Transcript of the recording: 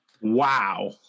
Wow